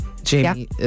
Jamie